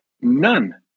None